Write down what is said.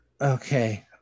okay